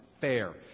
fair